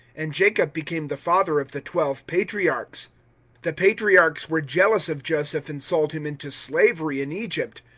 and jacob became the father of the twelve patriarchs the patriarchs were jealous of joseph and sold him into slavery in egypt.